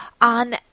on